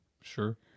Sure